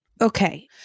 Okay